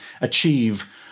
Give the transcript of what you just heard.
achieve